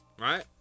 Right